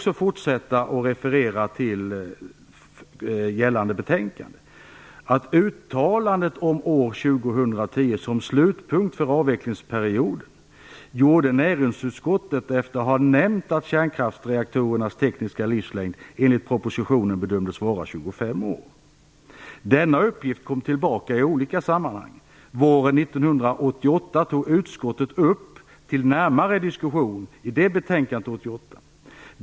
Jag kan fortsätta med att referera till gällande betänkande: Uttalandet om år 2010 som slutpunkt för avvecklingsperioden gjorde näringsutskottet efter att ha nämnt att kärnkraftsreaktorernas tekniska livslängd enligt propositionen bedömdes vara 25 år. Denna uppgift kom tillbaka i olika sammanhang. Våren 1988 tog utskottet upp frågan till närmare diskussion i betänkandet.